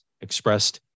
expressed